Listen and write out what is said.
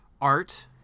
Art